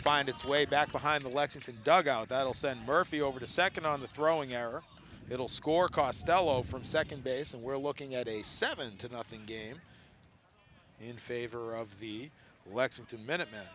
find its way back behind the lexington dugout that'll send murphy over to second on the throwing our middle score costello from second base and we're looking at a seven to nothing game in favor of the lexington minute m